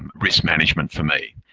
risk management for me.